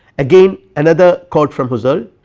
again another quote from husserl,